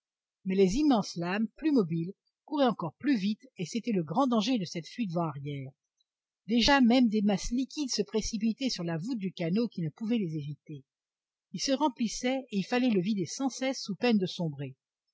mais les immenses lames plus mobiles couraient encore plus vite et c'était le grand danger de cette fuite vent arrière déjà même des masses liquides se précipitaient sur la voûte du canot qui ne pouvait les éviter il se remplissait et il fallait le vider sans cesse sous peine de sombrer